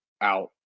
out